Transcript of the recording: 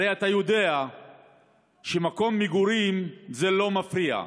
הרי אתה יודע שמקום מגורים לא מפריע,